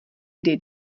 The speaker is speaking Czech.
kdy